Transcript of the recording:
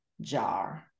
jar